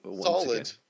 solid